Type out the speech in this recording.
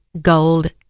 gold